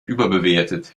überbewertet